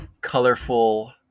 colorful